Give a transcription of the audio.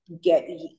get